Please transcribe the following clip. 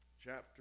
chapter